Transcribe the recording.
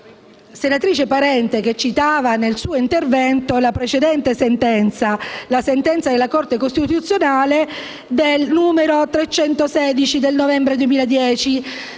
senatrice Parente, che citava nel suo intervento la precedente sentenza della Corte costituzionale n. 316 del novembre 2010.